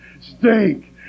stink